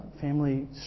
family